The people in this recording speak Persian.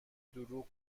دروغ